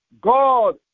God